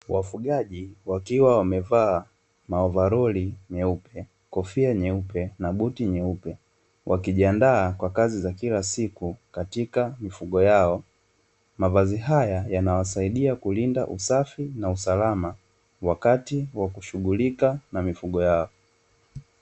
Wafugaji wakiwa wamevaa Maovaroli meupe, kofia nyeupe na buti nyeupe wakijiandaa kwa kazi za kila siku katika mifugo yao, mavazi haya yanawasaidia kulinda usafi na usalama wakati wa kushughulika na mifugo yao.